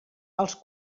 els